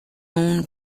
own